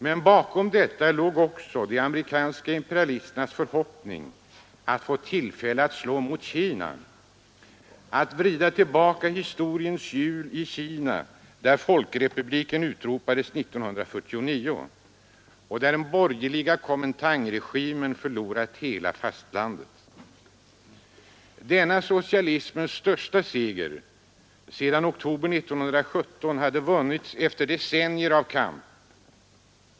Men bakom detta låg de amerikanska imperialisternas förhoppning att få tillfälle att slå mot Kina, att vrida tillbaka historiens hjul i Kina, där folkrepubliken utropats 1949 och där den borgerliga Kuomintangregimen hade förlorat hela fastlandet. Denna socialismens största seger sedan oktober 1917 hade vunnits efter decennier av kamp.